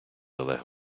олег